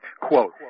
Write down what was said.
Quote